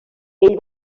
ell